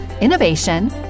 innovation